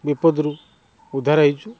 ବିପଦରୁ ଉଦ୍ଧାର ହେଇଛୁ